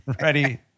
ready